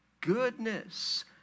goodness